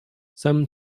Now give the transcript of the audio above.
some